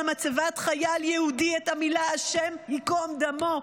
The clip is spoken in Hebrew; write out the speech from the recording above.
מצבת חייל יהודי את המילים השם ייקום דמו.